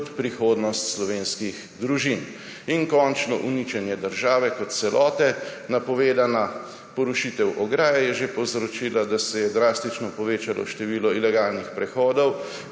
kot prihodnost slovenskih družin. In končno uničenje države kot celote, napovedana porušitev ograje je že povzročila, da se je drastično povečalo število ilegalnih prehodov.